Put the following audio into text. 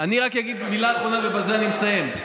אני רק אגיד מילה אחרונה, ובזה אני מסיים: